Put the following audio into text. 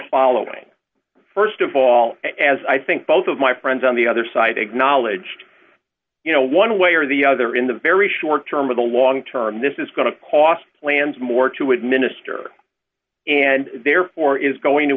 following st of all as i think both of my friends on the other side acknowledged you know one way or the other in the very short term or the long term this is going to cost plans more to administer and therefore is going to